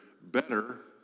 better